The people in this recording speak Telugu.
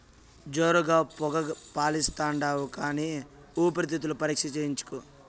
జోరుగా పొగ పిలిస్తాండావు కానీ ఊపిరితిత్తుల పరీక్ష చేయించుకో